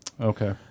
Okay